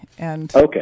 Okay